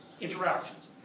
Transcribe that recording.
interactions